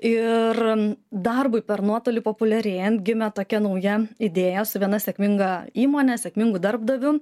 ir darbui per nuotolį populiarėjant gimė tokia nauja idėja su viena sėkminga įmone sėkmingu darbdaviu